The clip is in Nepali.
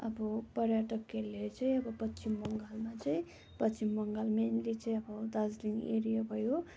अब पर्यटकहरूले चाहिँ अब पश्चिम बङ्गालमा चाहिँ पश्चिम बङ्गाल मेनली चाहिँ अब दार्जिलिङ एरिया भयो